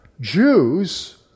Jews